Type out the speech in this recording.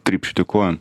trypšti kojom